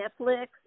Netflix